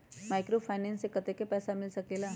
Microfinance से कतेक पैसा मिल सकले ला?